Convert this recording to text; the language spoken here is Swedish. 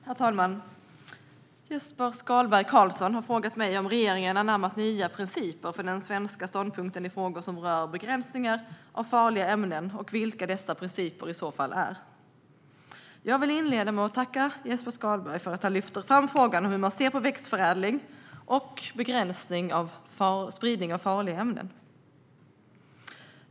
Herr talman! Jesper Skalberg Karlsson har frågat mig om regeringen anammat nya principer för den svenska ståndpunkten i frågor som rör begränsningar av farliga ämnen och vilka dessa principer i så fall är. Jag vill inleda med att tacka Jesper Skalberg Karlsson för att han lyfter fram frågan om hur man ska se på växtförädling och begränsning av spridning av farliga ämnen.